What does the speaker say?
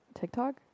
TikTok